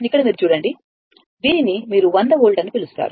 ఇక్కడ మీరు చూడండి దీనిని మీరు 100 వోల్ట్ అని పిలుస్తారు